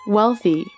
Wealthy